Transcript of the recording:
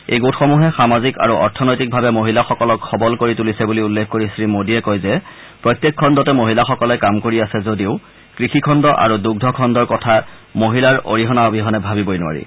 এই গোটসমূহে সামাজিক আৰু অৰ্থনৈতিকভাৱে মহিলাসকলক সবল কৰিছে বুলি উল্লেখ কৰি শ্ৰীমোদীয়ে কয় যে প্ৰত্যেক খণ্ডতে মহিলাসকলে কাম কৰি আছে যদিও কৃষি খণ্ড আৰু দুগ্ধ খণ্ডৰ কথা মহিলাৰ অৰিহণা অবিহনে ভাবিবই নোৱাৰি